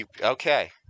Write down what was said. Okay